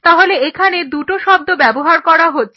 তাহলে এখানে দুটো শব্দ ব্যাবহার করা হচ্ছে